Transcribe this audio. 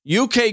UK